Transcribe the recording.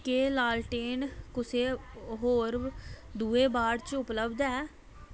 केह् लालटेन कुसै होर दुए वार्ड उपलब्ध ऐ